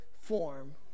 form